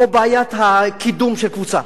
או בעיית הקידום של קבוצה,